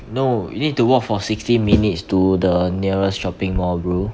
no you need to walk for sixty minutes to the nearest shopping mall bro